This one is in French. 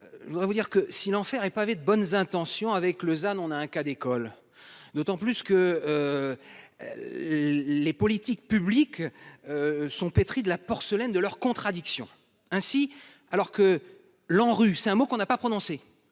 Je voudrais vous dire que si l'enfer est pavé de bonnes intentions avec Lausanne. On a un cas d'école. D'autant plus que. Les politiques publiques. Sont pétris de la porcelaine de leurs contradictions. Ainsi, alors que l'ANRU c'est un mot qu'on n'a pas prononcé